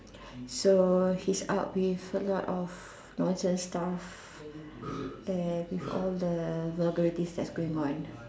so he's up with a lot of nonsense stuff and with all the vulgarities that's been going on